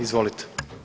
Izvolite: